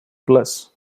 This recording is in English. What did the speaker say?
bliss